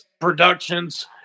Productions